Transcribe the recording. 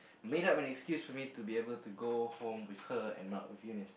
made up and excuse with me to go home with her and not with Eunice